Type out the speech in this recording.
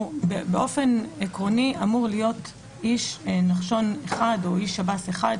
באופן עקרוני אמור להיות איש נחשון אחד או איש שב"ס אחד,